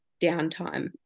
downtime